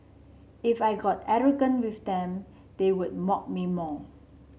if I got arrogant with them they would mock me more